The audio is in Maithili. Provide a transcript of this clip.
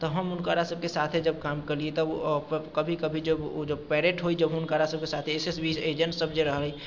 तऽ हम हुनकरासभके साथे जब काम करलियै तब कभी कभी ओ जब पैरेड होइ जब हुनकरासभके साथे एस एस बी जेन्टससभ जे रहै